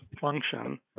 function